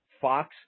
Fox